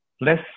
less